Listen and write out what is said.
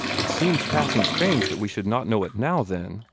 it seems passing strange that we should not know it now, then,